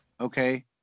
okay